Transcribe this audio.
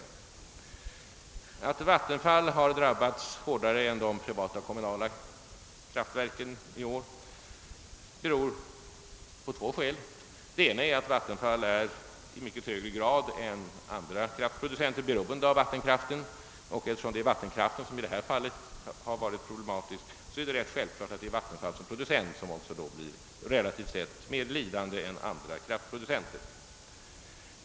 Att just Vattenfall drabbats hårdare än de kommunala och privata kraftverken i år beror på flera orsaker. En av dem är att Vattenfall i mycket högre grad än andra kraftproducenter är beroende av vattenkraften, och eftersom det är vattenkraften som just i detta fall vållat problem, är det självklart att Vattenfall som producent blir relativt sett mera lidande än andra kraftproducenter.